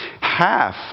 Half